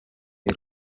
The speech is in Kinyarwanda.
y’u